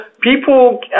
people